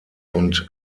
und